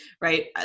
right